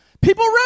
People